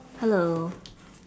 hello